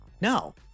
no